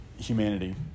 humanity